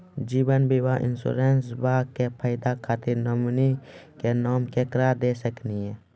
जीवन बीमा इंश्योरेंसबा के फायदा खातिर नोमिनी के नाम केकरा दे सकिनी?